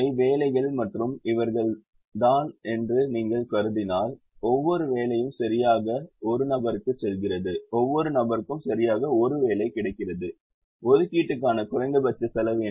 இவை வேலைகள் மற்றும் இவர்கள்தான் என்று நீங்கள் கருதினால் ஒவ்வொரு வேலையும் சரியாக ஒரு நபருக்குச் செல்கிறது ஒவ்வொரு நபருக்கும் சரியாக ஒரு வேலை கிடைக்கிறது ஒதிக்கீட்டுக்கான குறைந்தபட்ச செலவு என்ன